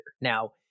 Now